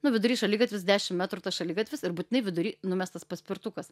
nu vidury šaligatvis dešim metrų tas šaligatvis ir būtinai vidury numestas paspirtukas